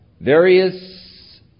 various